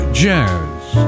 jazz